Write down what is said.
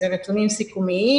זה נתונים סיכומיים.